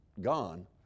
gone